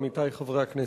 עמיתי חברי הכנסת,